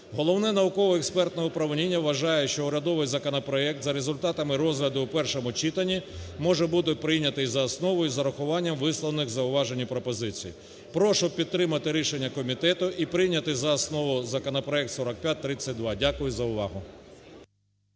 Головне науково-експертне управління вважає, що урядовий законопроект за результатами розгляду у першому читанні може бути прийнятий за основу із врахуванням висловлених зауважень і пропозицій. Прошу підтримати рішення комітету і прийняти за основу законопроект 4532. Дякую за увагу.